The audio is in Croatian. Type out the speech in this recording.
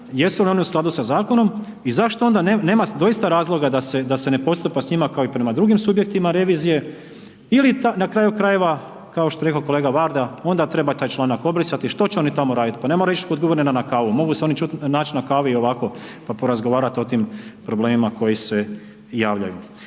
jesu li one u skladu sa zakonom i zašto onda nema doista razloga da se ne postupa s njima kao i prema drugim subjektima revizije ili na kraju krajeva kao što je rekao kolega Varda, onda treba taj članak obrisati, šta će oni tamo raditi, pa ne moraju ići kod guvernera na kavu, mogu se oni naći na kavi i ovako pa porazgovarati o tim problemima koji se javljaju.